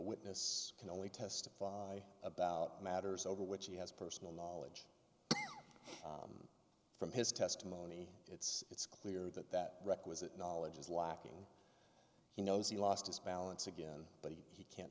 witness can only testify about matters over which he has personal knowledge from his testimony it's clear that that requisite knowledge is lacking he knows he lost his balance again but he can't